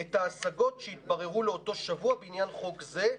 את ההשגות שהתבררו לאותו שבוע בעניין חוק זה.